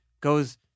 goes